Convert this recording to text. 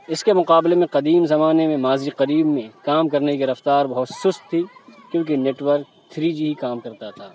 اِس کے مقابلے میں قدیم زمانے میں ماضی قریب میں کام کرنے کی رفتار بہت سُست تھی کیوں کہ نیٹ ورک تھری جی کام کرتا تھا